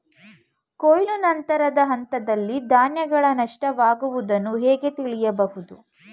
ಕೊಯ್ಲು ನಂತರದ ಹಂತದಲ್ಲಿ ಧಾನ್ಯಗಳ ನಷ್ಟವಾಗುವುದನ್ನು ಹೇಗೆ ತಡೆಯಬಹುದು?